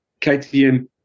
KTM